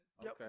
Okay